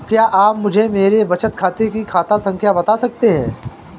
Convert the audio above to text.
क्या आप मुझे मेरे बचत खाते की खाता संख्या बता सकते हैं?